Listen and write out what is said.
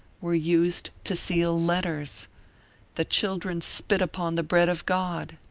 were used to seal letters the children spit upon the bread of god.